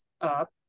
up